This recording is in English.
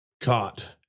caught